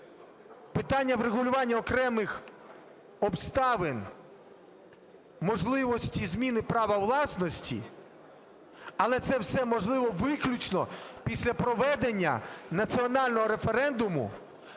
питання врегулювання окремих обставин можливості зміни права власності, але це все можливо виключно після проведення національного референдуму,